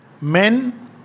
men